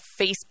Facebook